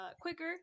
quicker